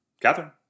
Catherine